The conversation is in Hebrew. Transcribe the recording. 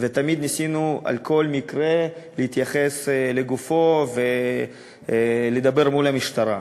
ותמיד ניסינו בכל מקרה להתייחס לגופו ולדבר עם המשטרה.